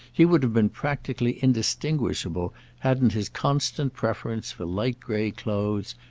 he would have been practically indistinguishable hadn't his constant preference for light-grey clothes,